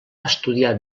estudiar